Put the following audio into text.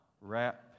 wrap